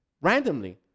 randomly